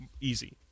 easy